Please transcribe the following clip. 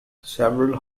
several